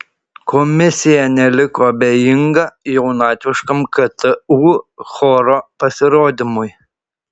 komisija neliko abejinga jaunatviškam ktu choro pasirodymui